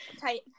Tight